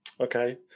Okay